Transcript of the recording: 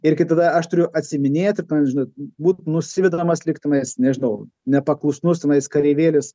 ir kai tada aš turiu atsiiminėt ir ten žinot būt nusivedamas lygtai manęs nežinau nepaklusnus tenais kareivėlis